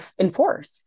enforce